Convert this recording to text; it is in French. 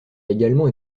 également